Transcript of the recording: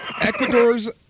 Ecuador's